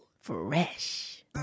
Fresh